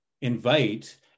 invite